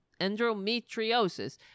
endometriosis